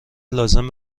لازم